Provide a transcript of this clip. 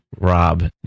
Rob